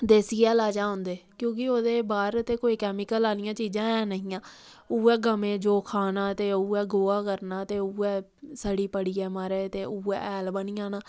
देसी हैला चा आंदे क्योंकि उ'दे बाह्र ते कोई कैमिक्ल आह्लियां चीजां ऐ नेई हियां उ'ऐ गवें ओह् खाना ते उ'ऐ गोहा करना उ'ऐ सड़ी पड़ियै ते उ'ऐ हैल बनी आना